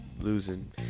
losing